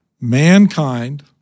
mankind